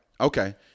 Okay